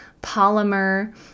polymer